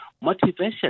motivation